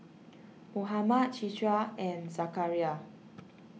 Muhammad Citra and Zakaria